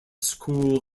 school